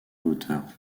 hauteur